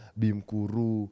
bimkuru